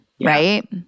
right